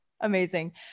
amazing